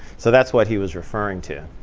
so that's what he was referring to.